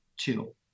two